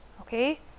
okay